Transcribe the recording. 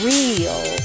real